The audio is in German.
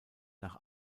nach